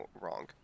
wrong